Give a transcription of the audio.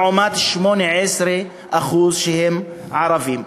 לעומת 18% שהם ערבים,